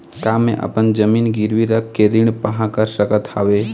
का मैं अपन जमीन गिरवी रख के ऋण पाहां कर सकत हावे?